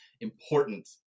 important